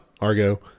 Argo